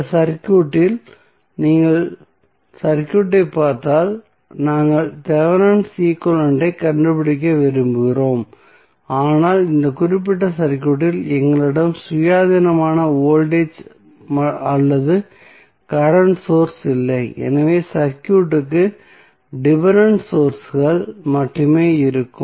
இந்த சர்க்யூட்டில் நீங்கள் சர்க்யூட்டைப் பார்த்தால் நாங்கள் தெவெனின் ஈக்வலன்ட் ஐக் கண்டுபிடிக்க விரும்புகிறோம் ஆனால் இந்த குறிப்பிட்ட சர்க்யூட்டில் எங்களிடம் சுயாதீனமான வோல்டேஜ் அல்லது கரண்ட் சோர்ஸ் இல்லை எனவே சர்க்யூட்க்கு டிபென்டென்ட் சோர்ஸ்கள் மட்டுமே இருக்கும்